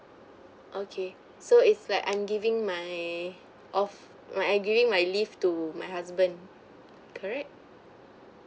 okay so it's like I'm giving my off I'm giving my leave to my husband correct